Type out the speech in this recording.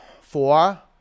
four